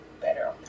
better